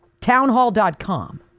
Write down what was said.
Townhall.com